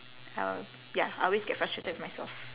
I al~ ya I always get frustrated with myself